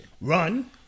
run